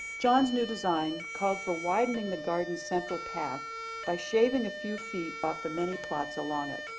john's new design called for widening the garden's central path by shaving a few feet off the many plots along it.